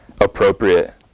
appropriate